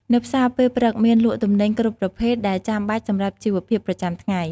នៅផ្សារពេលព្រឹកមានលក់ទំនិញគ្រប់ប្រភេទដែលចាំបាច់សម្រាប់ជីវភាពប្រចាំថ្ងៃ។